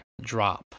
drop